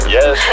Yes